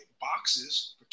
boxes